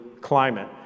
climate